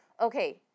okay